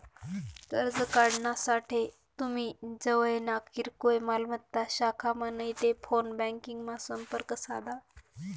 कर्ज काढानासाठे तुमी जवयना किरकोय मालमत्ता शाखामा नैते फोन ब्यांकिंगमा संपर्क साधा